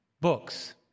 books